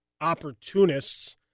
opportunists